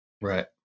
Right